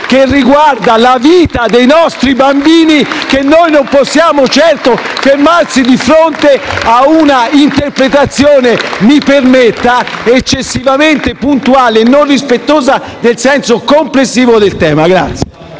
che riguarda la vita dei nostri bambini, che noi non possiamo certo fermarci di fronte a una interpretazione - mi permetta - eccessivamente puntuale e non rispettosa del senso complessivo del tema.